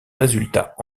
résultats